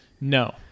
No